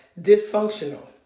Dysfunctional